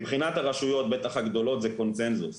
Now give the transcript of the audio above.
בטח מבחינת הרשויות הגדולות זה קונצנזוס,